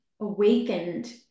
Awakened